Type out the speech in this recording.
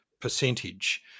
percentage